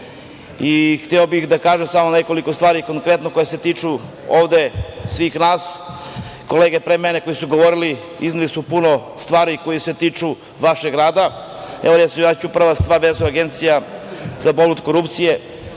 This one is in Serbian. i hteo bih da kažem samo nekoliko stvari konkretno koje se tiču ovde svih nas. Kolege pre mene koje su govorile iznele su puno stvari koje se tiču vašeg rada. Recimo, prva stvar, Agencija za borbu protiv